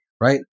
right